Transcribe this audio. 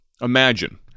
Imagine